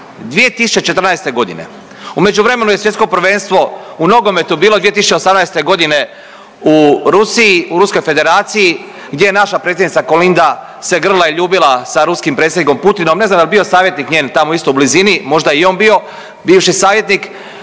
2014.g., u međuvremenu je Svjetsko prvenstvo u nogometu bilo 2018.g. u Rusiji u Ruskoj Federaciji gdje je naša predsjednica Kolinda se grlila i ljubila sa ruskim predsjednikom Putinom, ne znam jel bi savjetnik njen tamo isto u blizini, možda je i on bio, bivši savjetnik